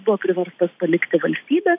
buvo priverstas palikti valstybę